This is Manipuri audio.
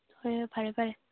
ꯍꯣꯏ ꯍꯣꯏ ꯐꯔꯦ ꯐꯔꯦ